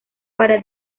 para